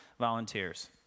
volunteers